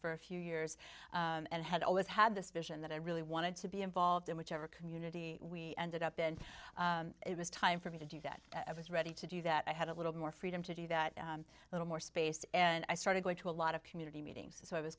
for a few years and had always had this vision that i really wanted to be involved in whichever community we ended up in it was time for me to do that i was ready to do that i had a little more freedom to do that little more space and i started going to a lot of community meetings so i was